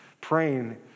Praying